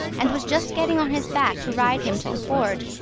and was just getting on his back to ride him to the forge,